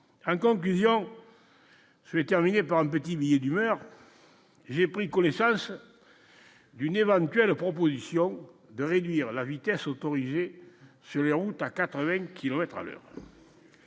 en conclusion sur les terminer par un petit billet d'humeur, j'ai pris connaissance. D'une éventuelle proposition de réduire la vitesse autorisée sur les routes à 80 kilomètres à l'heure.